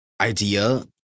idea